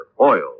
oil